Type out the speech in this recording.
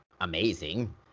amazing